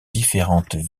différentes